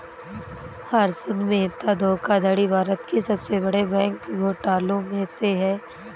हर्षद मेहता धोखाधड़ी भारत के सबसे बड़े बैंक घोटालों में से है